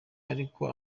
ariko